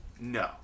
no